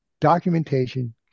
Documentation